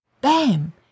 bam